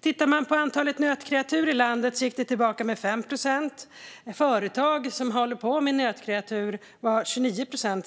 tittar på antalet nötkreatur i landet ser man att det gick tillbaka med 5 procent, och antalet företag som håller på med nötkreatur minskade med 29 procent.